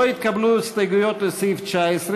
לא התקבלו הסתייגויות לסעיף 19,